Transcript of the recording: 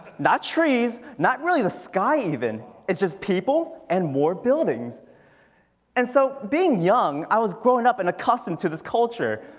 not trees, not really the sky even. it's just people and more buildings and so being young. i was growing up and accustomed to this culture.